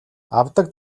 авдаг